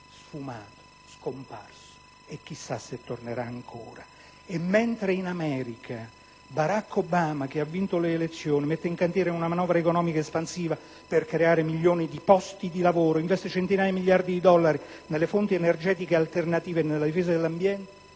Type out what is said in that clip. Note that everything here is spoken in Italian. sfumato e scomparso. E non si sa se tornerà ancora. E mentre in America Barack Obama, dopo aver vinto le elezioni, mette in cantiere una manovra economica espansiva per creare milioni di posti di lavoro, investe centinaia di miliardi di dollari nelle fonti energetiche alternative e nella difesa dell'ambiente,